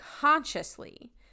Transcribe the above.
consciously